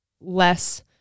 less